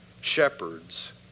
shepherds